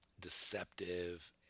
deceptive